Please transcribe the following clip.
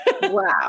Wow